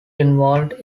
involved